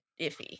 iffy